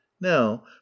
Now